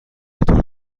قطار